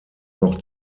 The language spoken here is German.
noch